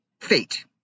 fate